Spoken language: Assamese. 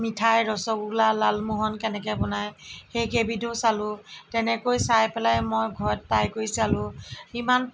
মিঠাই ৰচগোল্লা লালমোহন কেনেকৈ বনায় সেইকেইবিধো চালোঁ তেনেকৈ চাই পেলাই মই ঘৰত ট্ৰাই কৰি চালোঁ ইমান